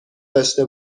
داشته